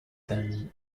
than